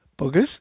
buggers